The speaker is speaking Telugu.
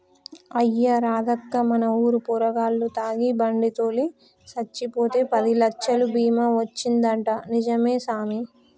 అయ్యా రాదక్కా మన ఊరు పోరగాల్లు తాగి బండి తోలి సచ్చిపోతే పదిలచ్చలు బీమా వచ్చిందంటా నిజమే సామి